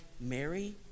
Mary